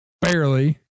barely